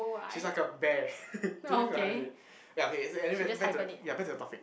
she's like a bear need to hibernate ya okay is anyway back to the ya back to the topic